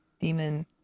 Demon